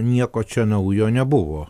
nieko čia naujo nebuvo